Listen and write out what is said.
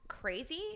crazy